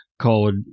called